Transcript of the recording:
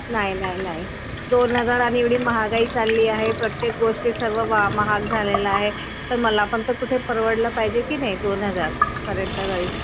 नाही नाही नाही दोन हजारा आणि एवढी महागाई चालली आहे प्रत्येक गोष्टी सर्व वा महाग झालेला आहे तर मला पण तर कुठे परवडलं पाहिजे की नाही दोन हजारपर्यंत तरी